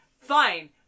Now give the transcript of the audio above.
fine